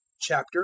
Chapter